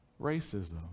racism